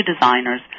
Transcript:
designers